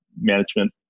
management